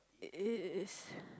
it is